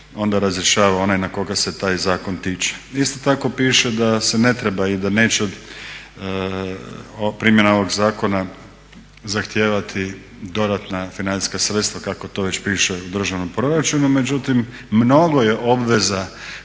onda razrješava onaj koga se taj zakon tiče. Isto tako piše da se ne treba i da neće primjena ovog zakona zahtijevati dodatna financijska sredstva kako to već piše u državnom proračunu, međutim mnogo je obveza